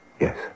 Yes